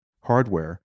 hardware